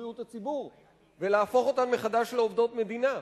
בריאות הציבור ולהפוך אותן מחדש לעובדות מדינה.